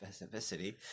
specificity